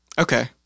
Okay